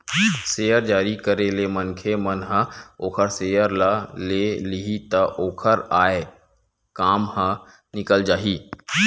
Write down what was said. share जारी करे ले मनखे मन ह ओखर सेयर ल ले लिही त ओखर आय काम ह निकल जाही